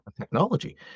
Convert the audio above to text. technology